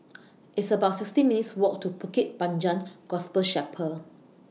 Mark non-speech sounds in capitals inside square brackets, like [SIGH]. [NOISE] It's about sixteen minutes' Walk to Bukit Panjang Gospel Chapel